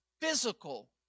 physical